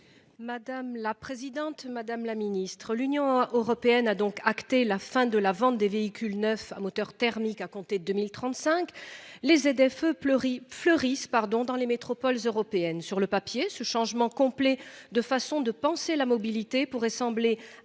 Madame la présidente Madame la Ministre l'Union européenne a donc acté la fin de la vente des véhicules neufs à moteur thermique à compter de 2035. Les ZFE pleurer fleurissent pardon dans les métropoles européennes sur le papier ce changement complet de façon de penser la mobilité pourrait sembler